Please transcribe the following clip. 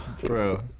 Bro